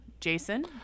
Jason